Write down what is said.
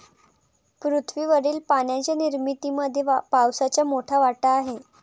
पृथ्वीवरील पाण्याच्या निर्मितीमध्ये पावसाचा मोठा वाटा आहे